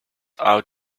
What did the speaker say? out